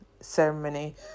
ceremony